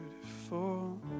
beautiful